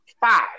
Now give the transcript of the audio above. five